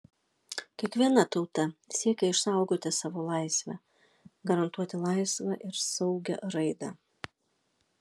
kiekviena tauta siekia išsaugoti savo laisvę garantuoti laisvą ir saugią raidą